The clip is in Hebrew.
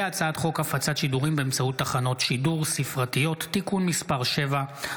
הצעת חוק הפצת שידורים באמצעות תחנות שידור ספרתיות (תיקון מס' 7,